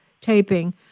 taping